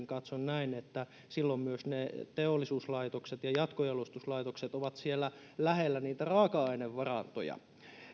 katson näin että silloin myös ne teollisuuslaitokset ja jatkojalostuslaitokset olisivat siellä lähellä niitä raaka ainevarantoja